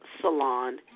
salon